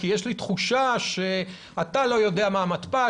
כי יש לי תחושה שאתה לא יודע מה המתפ"ש,